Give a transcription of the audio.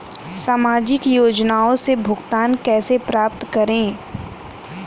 सामाजिक योजनाओं से भुगतान कैसे प्राप्त करें?